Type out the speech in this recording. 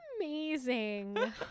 amazing